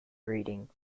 reading